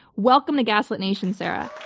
welcome to gaslit nation, sarah. oh,